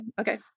okay